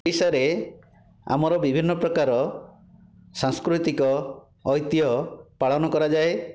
ଇଶାରେ ଆମର ବିଭିନ୍ନ ପ୍ରକାରର ସାଂସ୍କୃତିକ ଐତିହ ପାଳନ କରାଯାଏ